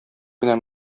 кенә